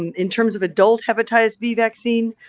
um in terms of adult hepatitis b vaccine,